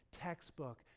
textbook